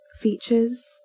features